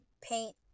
paint